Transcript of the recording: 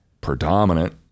predominant